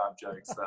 jokes